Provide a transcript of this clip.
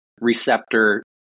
receptor